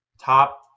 top